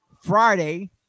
Friday